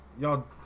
Y'all